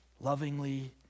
lovingly